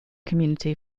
community